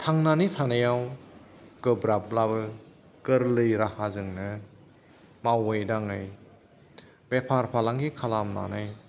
थांनानै थानायाव गोब्राबब्लाबो गोरलै राहाजोंनो मावै दाङै बेफार फालांगि खालामनानै